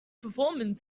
performing